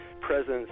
presence